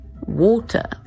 water